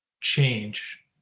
change